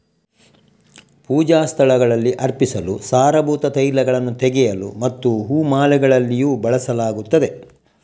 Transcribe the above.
ಪೂಜಾ ಸ್ಥಳಗಳಲ್ಲಿ ಅರ್ಪಿಸಲು, ಸಾರಭೂತ ತೈಲಗಳನ್ನು ತೆಗೆಯಲು ಮತ್ತು ಹೂ ಮಾಲೆಗಳಲ್ಲಿಯೂ ಬಳಸಲಾಗುತ್ತದೆ